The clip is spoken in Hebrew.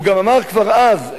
הוא גם אמר כבר אז,